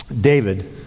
David